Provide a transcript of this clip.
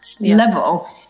level